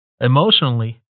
Emotionally